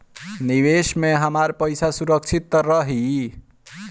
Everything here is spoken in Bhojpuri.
निवेश में हमार पईसा सुरक्षित त रही?